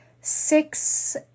six